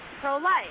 pro-life